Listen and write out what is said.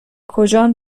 کجان